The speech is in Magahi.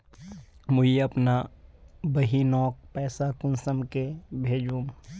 मुई अपना बहिनोक पैसा कुंसम के भेजुम?